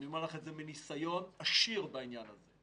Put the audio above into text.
ואני אומר לך את זה מניסיון עשיר בעניין הזה,